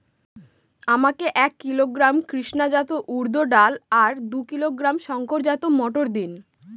আমাকে এক কিলোগ্রাম কৃষ্ণা জাত উর্দ ডাল আর দু কিলোগ্রাম শঙ্কর জাত মোটর দিন?